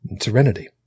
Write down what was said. Serenity